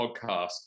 podcast